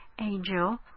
Angel